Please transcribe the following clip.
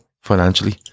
financially